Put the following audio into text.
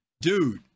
dude